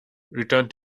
returned